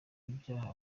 ibyaha